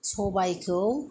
सबायखौ